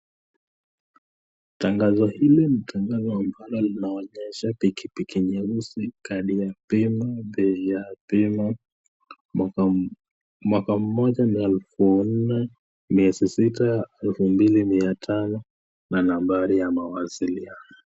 Tangazo hili ni tangazo ambalo linaonyesha pikipiki mweusi, kadi ya pima bei ya pima mwaka moja na elfu nne miezi sita elfu mbili mia tano, na nambari ya mawasiliano.